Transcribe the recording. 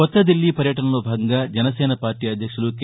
కొత్తదిల్లీ పర్యటనలో భాగంగా జనసేన పార్లీ అధ్యక్షులు కె